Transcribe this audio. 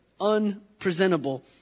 unpresentable